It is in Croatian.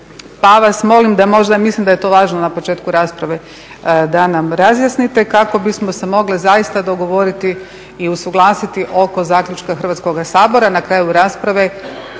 Pa vas molim da možda mislim da je to važno na početku rasprave da nam razjasnite kako bismo se mogli zaista dogovoriti i usuglasiti oko zaključka Hrvatskoga sabora na kraju rasprave